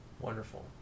Wonderful